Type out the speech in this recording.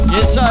Yes